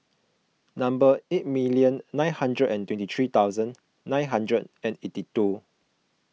number eight million nine hundred and twenty three thousand nine hundred and eighty two